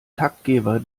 taktgeber